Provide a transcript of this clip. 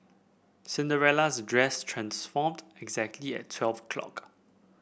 Cinderella's dress transformed exactly at twelve o'clock